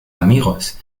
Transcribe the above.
amigos